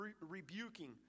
rebuking